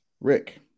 Rick